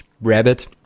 rabbit